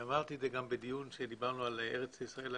ואמרתי את זה גם בדיון על ארץ ישראל הנקייה,